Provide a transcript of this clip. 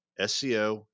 SEO